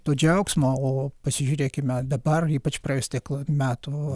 to džiaugsmo o pasižiūrėkime dabar ypač praėjus tiek metų